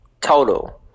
total